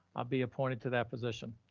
i'll be appointed to that position.